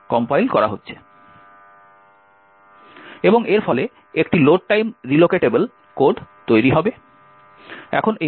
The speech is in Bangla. এবং এর ফলে একটি লোড টাইম রিলোকেটেবল কোড তৈরি করবে